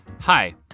Hi